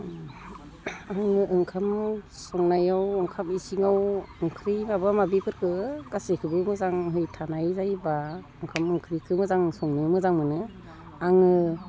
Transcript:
आङो ओंखाम संनायाव ओंखाम इसिङाव ओंख्रि माबा माबिफोरखो गासैखोबो मोजाङै थानाय जायोब्ला ओंखाम ओंख्रि आं संनो मोजां मोनो आङो